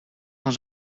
van